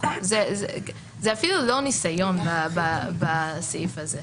זה אפילו לא ניסיון בסעיף הזה.